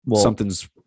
something's